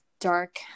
dark